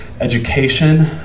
education